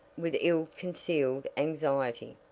with ill-concealed anxiety.